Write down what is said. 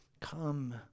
Come